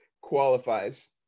qualifies